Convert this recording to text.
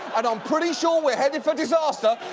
and i'm pretty sure we're headed for disaster,